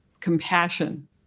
compassion